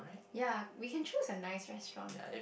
ya we can choose a nice restaurant